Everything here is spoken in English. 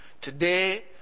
Today